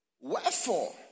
wherefore